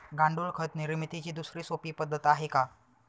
गांडूळ खत निर्मितीची दुसरी सोपी पद्धत आहे का?